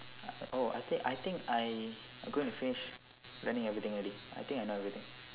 oh I think I think I am gonna finish learning everything already I think I know everything